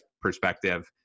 perspective